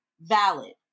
valid